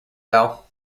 bell